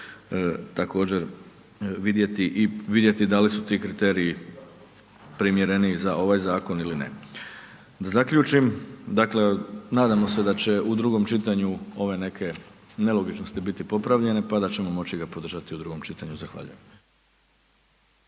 također vidjeti i vidjeti da li su ti kriteriji primjereniji za ovaj zakon ili ne. Da zaključim, dakle nadamo se da će u drugom čitanju ove neke nelogičnosti biti popravljene, pa da ćemo moći ga podržati u drugom čitanju, zahvaljujem.